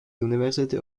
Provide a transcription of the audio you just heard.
university